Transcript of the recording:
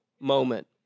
moment